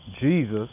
Jesus